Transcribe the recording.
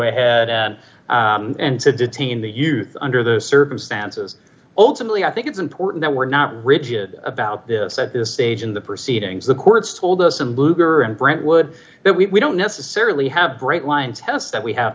ahead and to detain the you under those circumstances ultimately i think it's important that we're not rigid about this at this stage in the proceedings the courts told us in lugar and brentwood that we don't necessarily have great line tests that we have